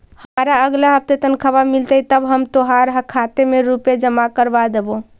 हमारा अगला हफ्ते तनख्वाह मिलतई तब हम तोहार खाते में रुपए जमा करवा देबो